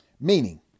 Meaning